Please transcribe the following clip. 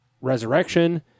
resurrection